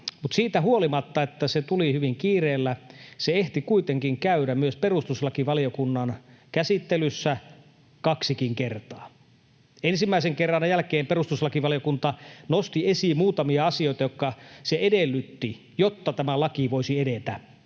siitä huolimatta, että se tuli hyvin kiireellä, se ehti kuitenkin käydä myös perustuslakivaliokunnan käsittelyssä kaksikin kertaa. Ensimmäisen kerran jälkeen perustuslakivaliokunta nosti esiin muutamia asioita, jotka se edellytti — jotta tämä laki voisi edetä